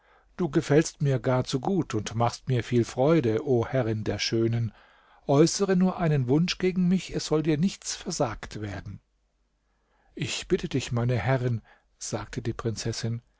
du gefällst mir gar zu gut und machst mir viel freude o herrin der schönen äußere nur einen wunsch gegen mich es soll dir nichts versagt werden ich bitte dich meine herrin sagte die prinzessin